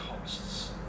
costs